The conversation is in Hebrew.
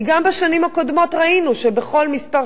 כי גם בשנים הקודמות ראינו שבכל כמה